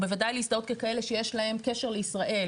או בוודאי להזדהות ככאלה שיש להם קשר לישראל,